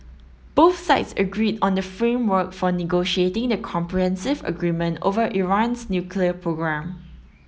both sides agreed on the framework for negotiating the comprehensive agreement over Iran's nuclear programme